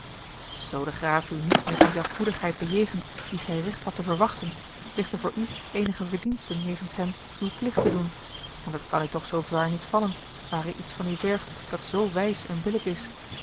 zoo de graaf u niet met zachtmoedigheid bejegent die gij recht hadt te verwachten ligt er voor u eenige verdienste in jegens hem uw plicht te doen en dat kan u toch zoo zwaar niet vallen waar hij iets van u vergt dat zoo wijs en billijk is